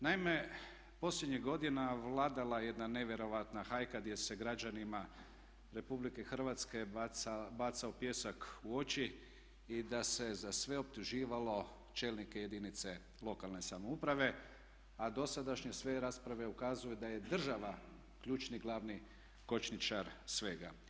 Naime, posljednjih godina vladala je jedna nevjerojatna hajka gdje se građanima Republike Hrvatske bacao pijesak u oči i da se za sve optuživalo čelnike jedinice lokalne samouprave a dosadašnje sve rasprave ukazuju da je država ključni, glavni kočničar svega.